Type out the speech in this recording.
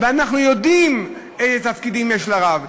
ואנחנו יודעים איזה תפקידים יש לרב,